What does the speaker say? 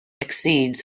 exceeds